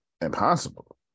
impossible